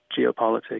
geopolitics